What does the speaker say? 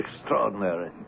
Extraordinary